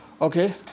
Okay